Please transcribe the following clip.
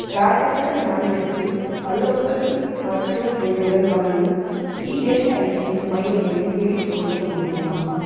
ராஜஸ்தான் மாநிலத்தில் அலோபதி மருத்துவ சேவைகள் வழங்கும் இஎஸ்ஐசி மையங்களை தேடிக்கொடுக்க முடியுமா